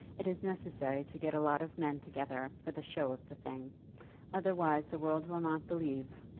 it is necessary to get a lot of men together, for the show of the thing otherwise the world will not believe.